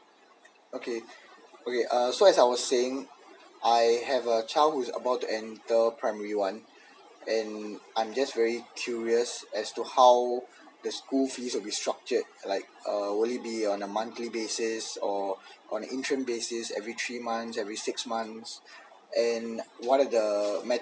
okay okay uh as I was saying I have a child who is about to enter primary one and I'm just very curious as to how the school fees will be structured like uh will it be on a monthly basis or an interim basis every three months every six months and what are the met~